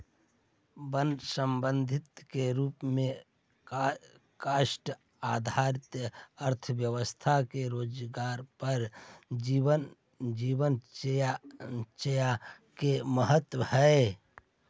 वन सम्पदा के रूप में काष्ठ आधारित अर्थव्यवस्था के रोजगारपरक जीवनचर्या में महत्त्व हइ